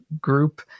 group